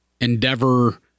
endeavor